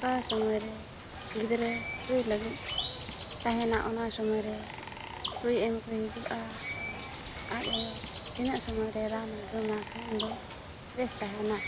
ᱚᱠᱟ ᱥᱳᱢᱚᱭ ᱨᱮ ᱜᱤᱫᱽᱨᱟᱹ ᱥᱩᱭ ᱞᱟᱹᱜᱤᱫ ᱛᱟᱦᱮᱱᱟ ᱚᱱᱟ ᱥᱚᱢᱚᱭ ᱨᱮ ᱥᱩᱭ ᱮᱢ ᱠᱚ ᱦᱤᱡᱩᱜᱼᱟ ᱟᱨ ᱟᱡ ᱟᱭᱳ ᱛᱤᱱᱟᱹᱜ ᱥᱳᱢᱚᱭ ᱨᱮ ᱨᱟᱱᱮ ᱡᱚᱢᱟ ᱠᱷᱟᱱ ᱫᱚ ᱵᱮᱥ ᱛᱟᱦᱮᱱᱟ